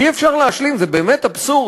אי-אפשר להשלים עם זה, זה באמת אבסורד.